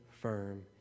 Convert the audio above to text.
firm